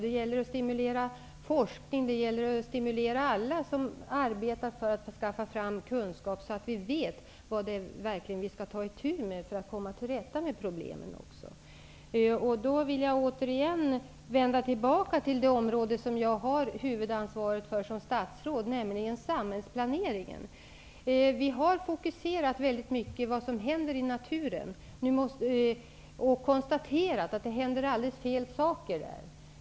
Det gäller att stimulera forskning och alla som arbetar för att skaffa fram kunskap, så att vi vet vad vi verkligen skall ta itu med för att komma till rätta med problemen. Jag vill återigen vända tillbaka till det område som jag har huvudansvaret för som statsråd, nämligen samhällsplaneringen. Vi har fokuserat mycket av vad som händer i naturen och konstaterat att det händer alldeles fel saker.